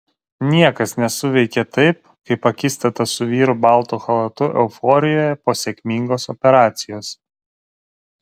niekas nesuveikė taip kaip akistata su vyru baltu chalatu euforijoje po sėkmingos operacijos